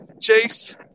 Chase